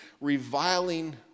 reviling